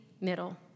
middle